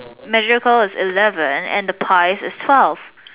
magical is eleven and the pies is twelve